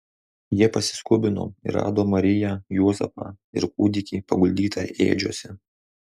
jie pasiskubino ir rado mariją juozapą ir kūdikį paguldytą ėdžiose